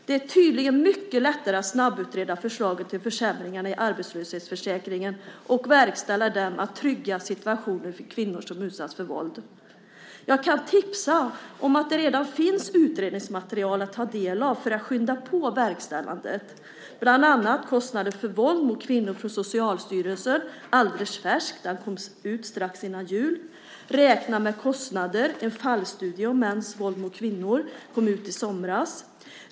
Det är tydligen mycket lättare att snabbutreda förslagen till försämringarna i arbetslöshetsförsäkringen och verkställa dem än att trygga situationen för kvinnor som utsatts för våld. Jag kan tipsa om att det redan finns utredningsmaterial att ta del av för att skynda på verkställandet. Det är bland annat Kostnader för våld mot kvinnor från Socialstyrelsen. Den är alldeles färsk. Den kom ut strax före jul. Boken Räkna med kostnader: en fallstudie om mäns våld mot kvinnor kom ut i somras.